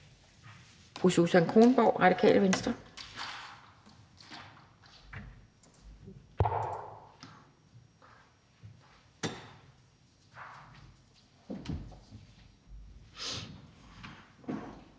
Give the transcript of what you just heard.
Fru Susan Kronborg, Radikale Venstre.